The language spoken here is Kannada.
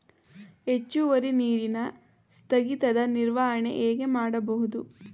ಹೆಚ್ಚುವರಿ ನೀರಿನ ಸ್ಥಗಿತದ ನಿರ್ವಹಣೆ ಹೇಗೆ ಮಾಡಬಹುದು?